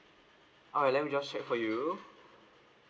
alright let me just check for you